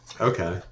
okay